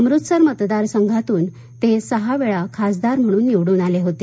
अमृतसर मतदार संघातूनते सह वेळा खासदार म्हणून निवडून आले होते